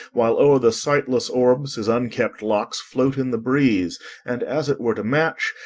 while o'er the sightless orbs his unkept locks float in the breeze and, as it were to match,